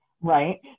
right